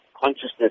Consciousness